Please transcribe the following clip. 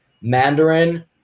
Mandarin